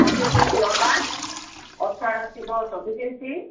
ଅଠେଇଶ ଇଞ୍ଚ୍ ଲମ୍ବା ଓସାର ଆସିବ ଚିିବିଶ ଇଞ୍ଚ୍